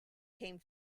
came